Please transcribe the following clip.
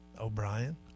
O'Brien